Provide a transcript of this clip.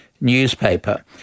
newspaper